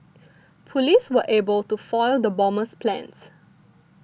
police were able to foil the bomber's plans